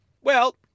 Well